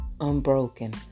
unbroken